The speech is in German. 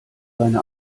seine